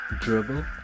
dribble